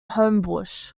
homebush